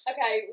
Okay